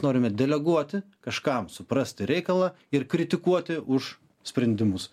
norime deleguoti kažkam suprasti reikalą ir kritikuoti už sprendimus